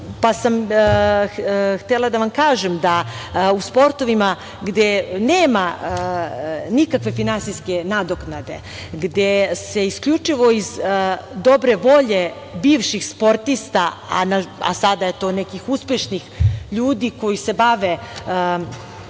pa sam htela da vam kažem da u sportovima gde nema nikakve finansijske nadoknade, gde se isključivo iz dobre volje bivših sportista, a sada je nekih uspešnih ljudi koji se bave